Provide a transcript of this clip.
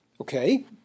Okay